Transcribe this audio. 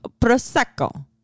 Prosecco